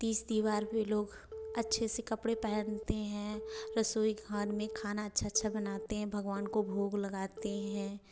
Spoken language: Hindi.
तीज त्यौहार पे लोग अच्छे से कपड़े पहनते हैं रसोईघर में खाना अच्छा अच्छा बनाते हैं भगवान को भोग लगाते हैं